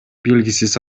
белгисиз